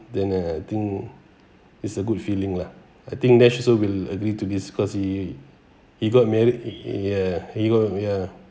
then uh I think it's a good feeling lah I think nesh also will agree to this cause he he got married ya he got ya